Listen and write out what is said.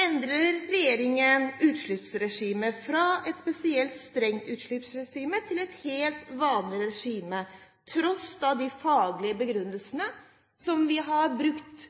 endrer regjeringen utslippsregime, fra et spesielt strengt utslippsregime til et helt vanlig regime, tross de faglige begrunnelsene som vi har brukt